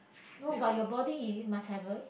no but your body it must have a